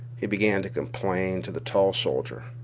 he began to complain to the tall soldier.